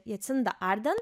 jacinda arden